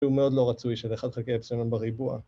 ‫שהוא מאוד לא רצוי ‫של אחד חלקי אפסילון בריבוע.